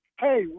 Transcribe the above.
hey